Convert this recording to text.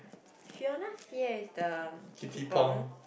Fiona-Xie is the Kitty Pong